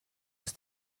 ist